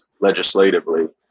legislatively